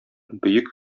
бөек